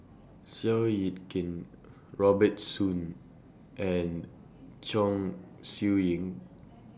Seow Yit Kin Robert Soon and Chong Siew Ying